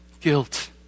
guilt